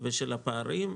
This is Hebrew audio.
ושל הפערים,